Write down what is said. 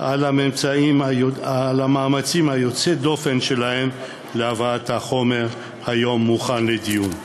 על המאמצים יוצאי הדופן שלהם להבאת החומר היום מוכן לדיון.